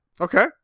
Okay